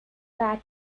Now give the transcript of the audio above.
pat